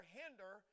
hinder